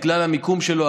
בגלל המיקום שלו,